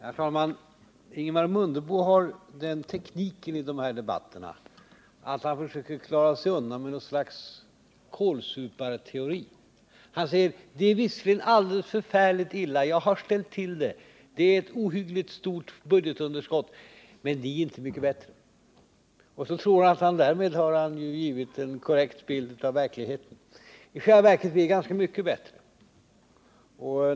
Herr talman! Ingemar Mundebo har den tekniken i de här debatterna att han försöker klara sig undan med något slags kålsuparteori. Han säger: Det är visserligen alldeles förfärligt illa. Jag har ställt till det. Det är ett ohyggligt stort budgetunderskott. Men ni är inte mycket bättre. — Så tror han att han därmed har givit en korrekt bild av verkligheten. I själva verket är vi ganska mycket bättre.